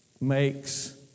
makes